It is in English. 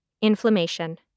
Inflammation